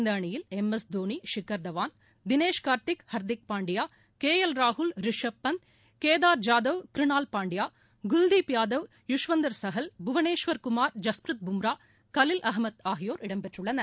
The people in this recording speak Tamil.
இந்த அணியில் M S Dhoni Shikhar Dhawan Dinesh Karthik Hardik Pandya K L ராகுல் ரிஷப் பந்த் கேதார் ஜாதவ் க்ருனால் பண்டியா குல்தீப் யாதவ் யுஷ்வேந்தர் சகல் புவனேஷ்வர் குமார் ஜஸ்ப்ரீத் பர்மா கலில் அகமத் ஆகியோர் இடம்பெற்றுள்ளனர்